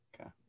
Okay